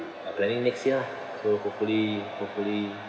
are planning next year lah so hopefully hopefully